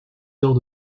heures